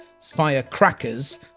Firecrackers